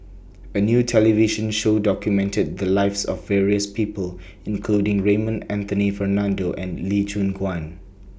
A New television Show documented The Lives of various People including Raymond Anthony Fernando and Lee Choon Guan